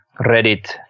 Reddit